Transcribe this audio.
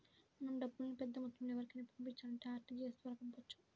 మనం డబ్బుల్ని పెద్దమొత్తంలో ఎవరికైనా పంపించాలంటే ఆర్టీజీయస్ ద్వారా పంపొచ్చు